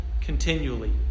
continually